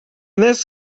this